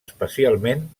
especialment